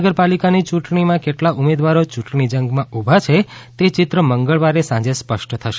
મહાનગરપાલિકાની યૂંટણીમાં કેટલા ઉમેદવારો ચૂંટણી જંગમાં ઉભા છે તે ચિત્ર મંગળવારે સાંજે સ્પષ્ટ થશે